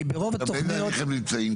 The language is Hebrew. כי ברוב התוכניות --- באיזה תהליך הן נמצאות?